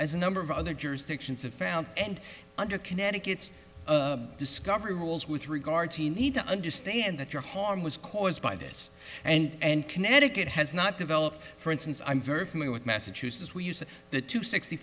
as a number of other jurisdictions have found and under connecticut's discovery rules with regard to the need to understand that your harm was caused by this and connecticut has not developed for instance i'm very familiar with massachusetts we used the two sixty